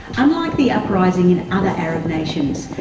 unlike the uprising in other arab nations,